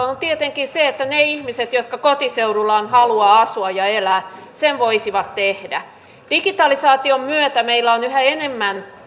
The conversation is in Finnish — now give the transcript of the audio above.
on tietenkin se että ne ihmiset jotka kotiseudullaan haluavat asua ja elää sen voisivat tehdä digitalisaation myötä meillä on yhä enemmän